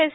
S